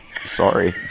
sorry